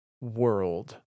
world